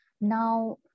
Now